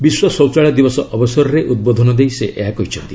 ବିଶ୍ୱ ଶୌଚାଳୟ ଦିବସ ଅବସରରେ ଉଦ୍ବୋଧନ ଦେଇ ସେ ଏହା କହିଛନ୍ତି